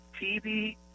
TV